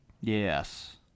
Yes